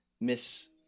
Miss